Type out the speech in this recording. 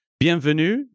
Bienvenue